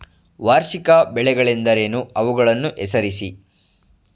ವಾರ್ಷಿಕ ಬೆಳೆಗಳೆಂದರೇನು? ಅವುಗಳನ್ನು ಹೆಸರಿಸಿ?